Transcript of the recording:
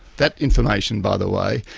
that information, by the way,